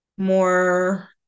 more